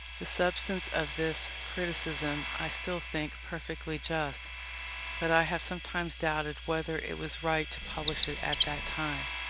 the substance of this criticism i still think perfectly just but i have sometimes doubted whether it was right to publish it at that time.